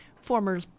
former